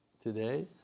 today